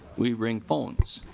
we bring phones.